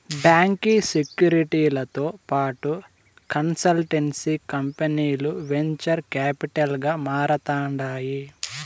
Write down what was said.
బాంకీ సెక్యూరీలతో పాటు కన్సల్టెన్సీ కంపనీలు వెంచర్ కాపిటల్ గా మారతాండాయి